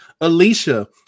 Alicia